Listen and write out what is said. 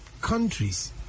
countries